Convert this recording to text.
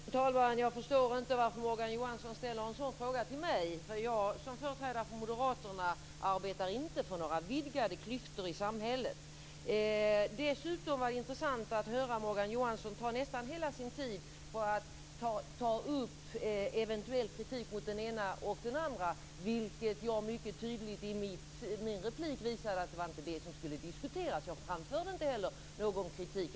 Fru talman! Jag förstår inte varför Morgan Johansson ställer en sådan fråga till mig. Jag, som företrädare för Moderaterna, arbetar inte för några vidgade klyftor i samhället. Dessutom var det intressant att höra Morgan Johansson använda nästan hela sin tid för att ta upp eventuell kritik mot den ena och den andra, vilket jag mycket tydligt i min replik visade inte var det som skulle diskuteras. Jag framförde inte heller någon kritik.